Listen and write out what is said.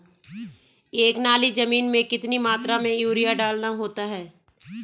एक नाली जमीन में कितनी मात्रा में यूरिया डालना होता है?